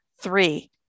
Three